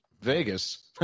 Vegas